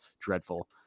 dreadful